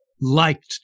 liked